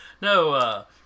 No